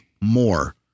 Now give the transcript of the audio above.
more